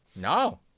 no